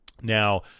Now